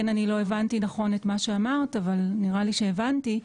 לא הבנתי נכון את מה שאמרת למרות שנראה לי שהבנתי.